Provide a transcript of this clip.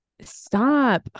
Stop